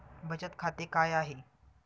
बचत खाते काय आहे?